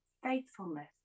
faithfulness